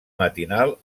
matinal